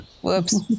whoops